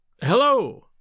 Hello